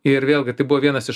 ir vėlgi tai buvo vienas iš